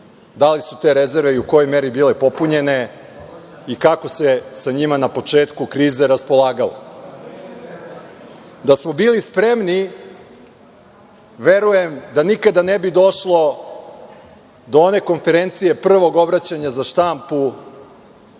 Da li su te rezerve i u kojoj meri bile popunjene i kako se sa njima na početku krize raspolagalo? Da smo bili spremni, verujem da nikada ne bi došlo do one konferencije prvog obraćanja za štampu